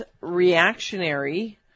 reactionary